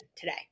today